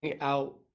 out